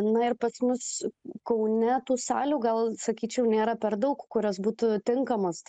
na ir pas mus kaune tų salių gal sakyčiau nėra per daug kurios būtų tinkamos